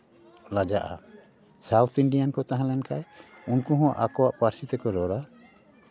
ᱞᱟᱡᱟᱜᱼᱟ south Indian ᱠᱚ ᱛᱟᱦᱮᱸ ᱞᱮᱱᱠᱷᱟᱱ ᱩᱱᱠᱩ ᱦᱚᱸ ᱟᱠᱚᱣᱟᱜ ᱯᱟᱹᱨᱥᱤ ᱛᱮᱠᱚ ᱨᱚᱲᱟ